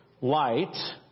light